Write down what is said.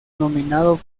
nominado